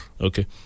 Okay